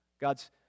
God's